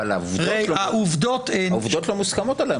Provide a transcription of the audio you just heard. אבל העובדות לא מוסכמות עלי.